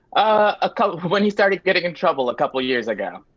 a couple, when he started getting in trouble a couple years ago.